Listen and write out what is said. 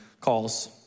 calls